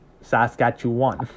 Saskatchewan